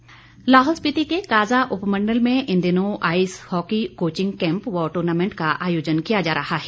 प्रशिक्षण लाहौल स्पीति के काज़ा उपमण्डल में इन दिनों आईस हॉकी कोचिंग कैंप व टूर्नामेंट का आयोजन किया जा रहा है